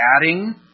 adding